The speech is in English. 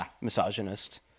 misogynist